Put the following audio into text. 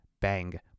bang